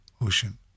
ocean